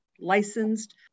licensed